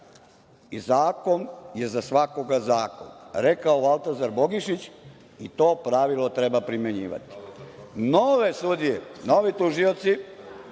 Zakon je za svakoga zakon, rekao Valtazar Bogišić, i to pravilo treba primenjivati. Nove sudije, novi tužioci